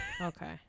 okay